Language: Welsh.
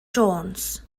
jones